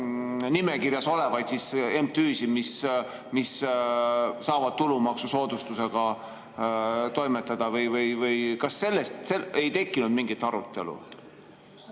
nimekirjas olevaid MTÜ‑sid, mis saavad tulumaksusoodustusega toimetada? Kas selle üle ei tekkinud mingit arutelu?